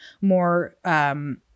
more